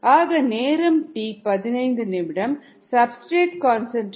ஆக நேரம் 15 நிமிடம் சப்ஸ்டிரேட் கன்சன்ட்ரேஷன் 16